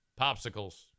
Popsicles